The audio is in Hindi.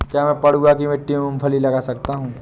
क्या मैं पडुआ की मिट्टी में मूँगफली लगा सकता हूँ?